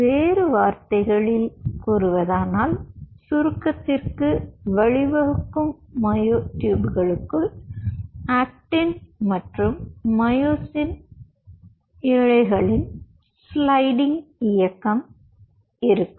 வேறு வார்த்தைகளில் கூறுவதானால் சுருக்கத்திற்கு வழிவகுக்கும் மயோட்டூப்களுக்குள் ஆக்டின் மற்றும் மயோசின் இழைகளின் ஸ்லைடிங் இயக்கம் இருக்கும்